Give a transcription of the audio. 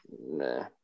Nah